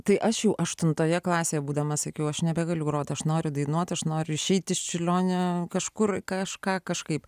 tai aš jau aštuntoje klasėje būdama sakiau aš nebegaliu grot aš noriu dainuot aš noriu išeiti iš čiurlionio kažkur kažką kažkaip